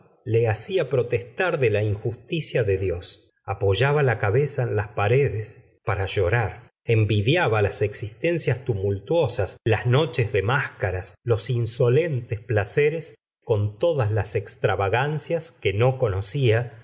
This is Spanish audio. la hacía protestar dé la injusticia de dios apoyaba la cabeza en las paredes para llorar envidiaba las existencias tumultuosas las noches de máscaras los insolentes placeres con todas las estravagancias que no conocía